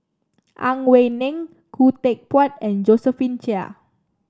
Ang Wei Neng Khoo Teck Puat and Josephine Chia